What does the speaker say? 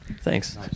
Thanks